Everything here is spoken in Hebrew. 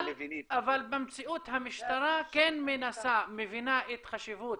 אבל במציאות המשטרה מבינה את חשיבות